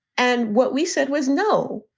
and what we said was, no,